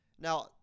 Now